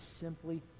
simply